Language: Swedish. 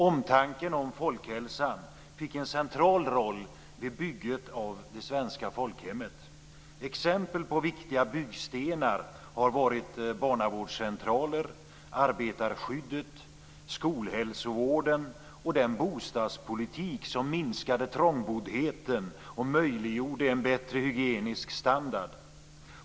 Omtanken om folkhälsan fick en central roll vid bygget av det svenska folkhemmet. Exempel på viktiga byggstenar har varit barnavårdscentraler, arbetarskyddet, skolhälsovården och den bostadspolitik som minskade trångboddheten och möjliggjorde en bättre hygienisk standard.